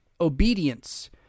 obedience